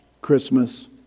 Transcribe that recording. Christmas